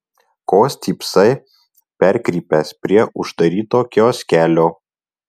ko stypsai perkrypęs prie uždaryto kioskelio